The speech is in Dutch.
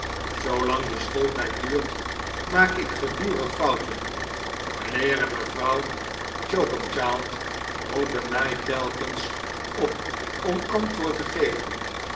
zoolang de schooltijd duurt maak ik gedurig fouten mijnheer en mevrouw choakumchild roepen mij telkens op om antwoord te geven